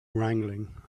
wrangling